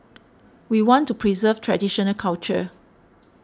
we want to preserve traditional culture